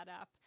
up